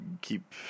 keep